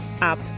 up